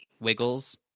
Wiggles